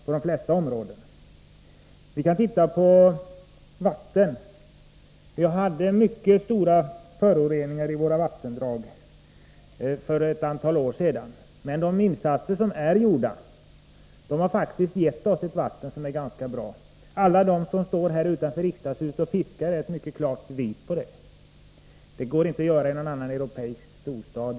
Vi kan som exempel ta vattenområdet. Vi hade mycket stora föroreningar i våra vattendrag för ett antal år sedan. Men de insatser som är gjorda har faktiskt gett oss ett vatten som är ganska bra. Alla de som står här utanför riksdagshuset och fiskar är ett mycket klart bevis på detta. Det går inte att göra på motsvarande sätt i någon annan europeisk storstad.